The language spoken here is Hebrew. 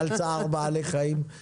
בדרך-כלל היא אף פעם לא מתפרצת.